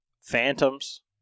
phantoms